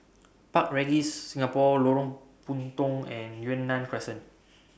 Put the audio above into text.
Park Regis Singapore Lorong Puntong and Yunnan Crescent